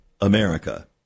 America